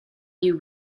you